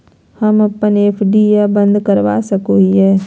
हम अप्पन एफ.डी आ बंद करवा सको हियै